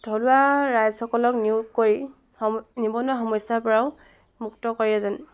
থলুৱা ৰাইজসকলক নিয়োগ কৰি সম নিবনুৱা সমস্যাৰ পৰাও মুক্ত কৰে যেন